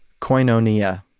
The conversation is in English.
Koinonia